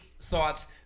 thoughts